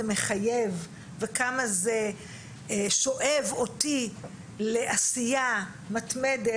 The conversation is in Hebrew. מחייב וכמה זה שואב אותי לעשייה מתמדת.